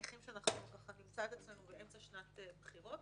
מניחים שנמצא את עצמנו באמצע שנת בחירות.